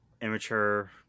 immature